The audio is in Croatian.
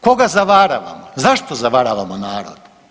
Koga zavaravamo, zašto zavaravamo narod?